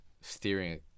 steering